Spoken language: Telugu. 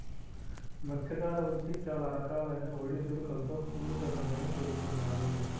మత్స్యకార వృత్తి చాలా రకాలైన ఒడిదుడుకులతో కూడుకొన్నదని చెబుతున్నారు